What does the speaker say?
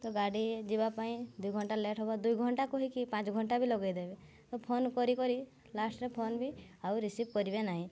ତ ଗାଡ଼ି ଯିବା ପାଇଁ ଦୁଇ ଘଣ୍ଟା ଲେଟ୍ ହେବ ଦୁଇ ଘଣ୍ଟା କହିକି ପାଞ୍ଚ ଘଣ୍ଟା ବି ଲଗେଇଦେବେ ତ ଫୋନ୍ କରି କରି ଲାଷ୍ଟ୍ରେ ଫୋନ୍ ବି ଆଉ ରିସିଭ୍ କରିବେ ନାହିଁ